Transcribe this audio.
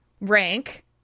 rank